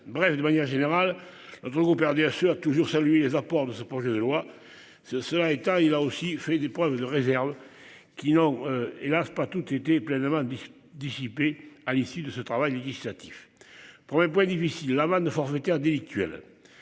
Bref, de manière générale, vous vous perdez assure toujours celui les apports de ce projet de loi ce. Cela étant, il a aussi fait des problèmes de réserve. Qui n'ont hélas pas toutes été pleinement dissipé à l'issue de ce travail législatif. Pour point difficile l'amende forfaitaire délictuelle.